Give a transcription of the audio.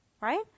Right